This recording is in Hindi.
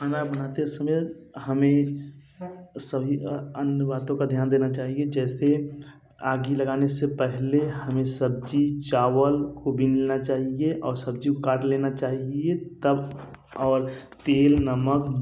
खाना बनाते समय हमें सभी अ अन्य बातों का ध्यान देना चाहिए जैसे आग लगाने से पहले हमे सब्ज़ी चावल को बिन लेना चाहिए और सब्ज़ी को काट लेना चाहिए तब और तेल नमक